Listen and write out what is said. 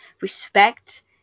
respect